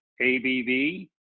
ABV